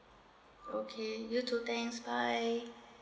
okay you too thanks bye